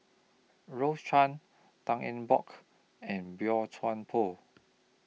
Rose Chan Tan Eng Bock and Boey Chuan Poh